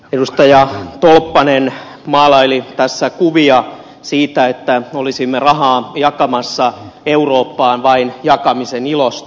edustaja tolppanen maalaili tässä kuvia siitä että olisimme rahaa jakamassa eurooppaan vain jakamisen ilosta